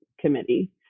committee